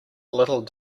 little